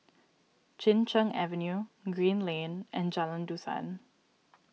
Chin Cheng Avenue Green Lane and Jalan Dusan